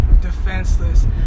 defenseless